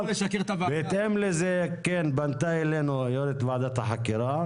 בהתאם לזה פנתה אלינו יו"ר ועדת החקירה,